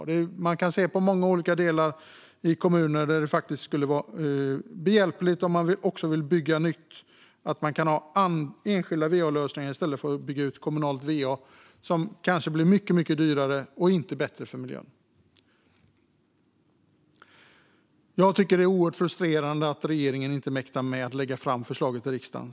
Det finns många olika delar i kommuner där det faktiskt skulle vara behjälpligt, om man också vill bygga nytt, att man kan ha enskilda va-lösningar i stället för att bygga ut kommunalt va, som kanske blir mycket dyrare utan att vara bättre för miljön. Jag tycker att det är oerhört frustrerande att regeringen inte mäktar med att lägga fram ett förslag till riksdagen.